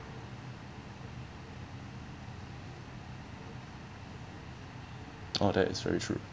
oh that is very true